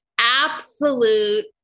absolute